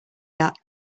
that